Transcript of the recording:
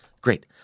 Great